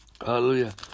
Hallelujah